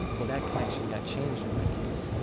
well, that connection got changed in my case.